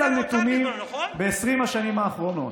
אני מסתכל על נתונים ב-20 השנים האחרונות.